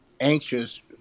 anxious